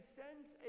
sends